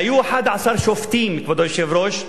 היו 11 שופטים, כבוד היושב-ראש,